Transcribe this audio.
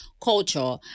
culture